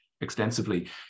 extensively